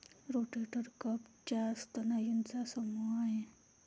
rotator cuff चार स्नायूंचा समूह आहे